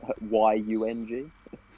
Y-U-N-G